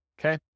okay